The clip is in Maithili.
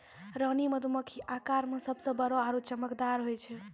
रानी मधुमक्खी आकार मॅ सबसॅ बड़ो आरो चमकदार होय छै